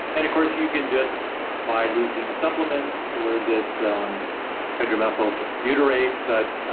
and of course, you can just buy leucine supplements or this um hydromethylbutyrate. but, ah